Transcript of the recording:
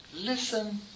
listen